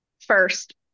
first